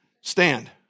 stand